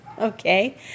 Okay